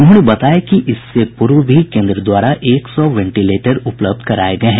उन्होंने बताया कि इससे पूर्व भी केन्द्र द्वारा एक सौ वेंटिलेटर उपलब्ध कराये गये हैं